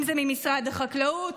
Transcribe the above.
אם זה ממשרד החקלאות,